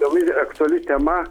gal ir aktuali tema